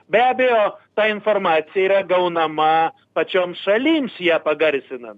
be abejo ta informacija yra gaunama pačioms šalims ją pagarsina